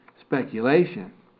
speculation